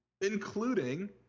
including